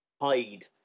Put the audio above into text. hide